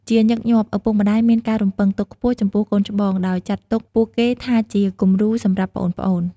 ជាញឹកញាប់់ ឪពុកម្ដាយមានការរំពឹងទុកខ្ពស់ចំពោះកូនច្បង ដោយចាត់ទុកពួកគេថាជាគំរូសម្រាប់ប្អូនៗ។